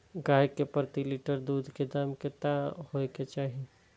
गाय के प्रति लीटर दूध के दाम केतना होय के चाही?